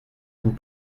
vous